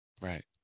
Right